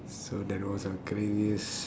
so that was a craziest